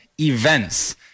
events